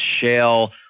shale